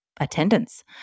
attendance